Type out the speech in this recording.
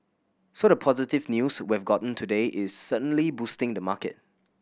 so the positive news we've gotten today is certainly boosting the market